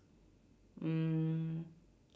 mm